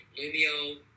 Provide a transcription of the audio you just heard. Lumio